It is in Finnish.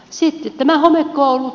sitten nämä homekoulut